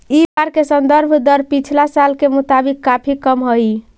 इ बार के संदर्भ दर पिछला साल के मुताबिक काफी कम हई